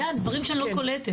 זה הדברים שאני לא קולטת.